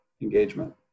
engagement